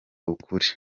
ukuri